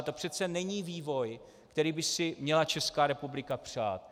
To přece není vývoj, který by si měla Česká republika přát.